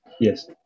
Yes